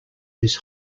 his